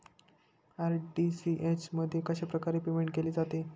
RTGS मध्ये कशाप्रकारे payment केले जाते?